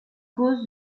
cause